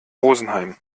rosenheim